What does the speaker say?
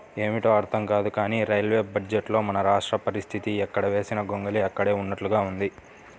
ఏమిటో అర్థం కాదు కానీ రైల్వే బడ్జెట్లో మన రాష్ట్ర పరిస్తితి ఎక్కడ వేసిన గొంగళి అక్కడే ఉన్నట్లుగా ఉంది